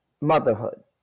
motherhood